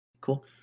Cool